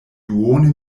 duone